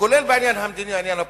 כולל בעניין המדיני והפוליטי.